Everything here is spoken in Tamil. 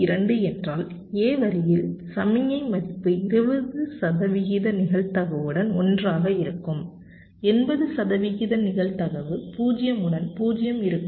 2 என்றால் A வரியில் சமிக்ஞை மதிப்பு 20 சதவிகித நிகழ்தகவுடன் 1 ஆக இருக்கும் 80 சதவிகித நிகழ்தகவு 0 உடன் 0 இருக்கும்